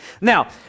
Now